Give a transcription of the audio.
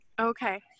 okay